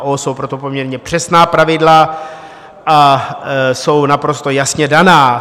Jsou pro to poměrně přesná pravidla a jsou naprosto jasně daná.